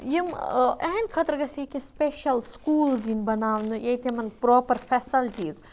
یِم یِہِنٛد خٲطرٕ گَژھِ کینٛہہ سپیشَل سکوٗلز یِن بَناونہٕ ییٚتہِ یِمَن پراپر فیسَلٹیز